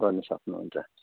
गर्नु सक्नुहुन्छ